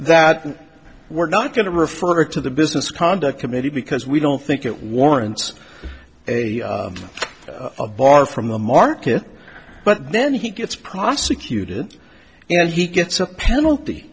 that we're not going to refer to the business conduct committee because we don't think it warrants a bar from the market but then he gets prosecuted and he gets a penalty